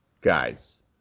Guys